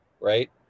right